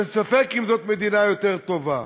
וספק אם זאת מדינה יותר טובה.